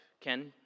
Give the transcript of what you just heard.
Ken